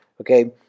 Okay